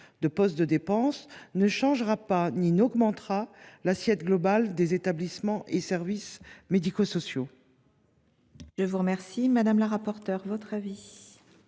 de postes de dépenses ne changera pas et n’augmentera pas l’assiette globale des établissements et services médico sociaux.